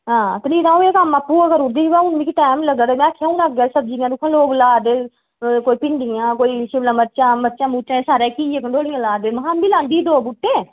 हां ते नेईं तां अ'ऊं एह् कम्म आपूं गै करी ओड़दी हा बा हून मिकी टैम निं लग्गा दा ऐ में आक्खेआ हून अग्गें आह्ली सब्जियां दिक्खो आं लोक ला दे कोई भिंडियां कोई शिमला मर्चां मर्चां मुरचां एह् सारे घिया कंडोह्लियां ला दे महां आमीं लांदी ही दो बूह्टे